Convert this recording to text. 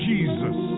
Jesus